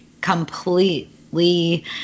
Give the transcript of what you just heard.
completely